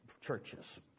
churches